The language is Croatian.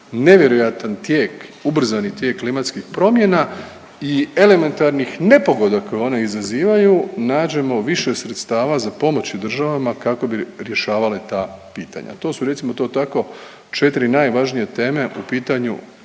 nevjerojatan tijek, ubrzani tijek klimatskih promjena i elementarnih nepogoda koje one izazivaju nađemo više sredstava za pomoći državama kako bi rješavale ta pitanja. To su recimo to tako 4 najvažnije teme po pitanju